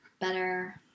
better